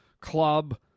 club